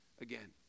again